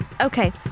Okay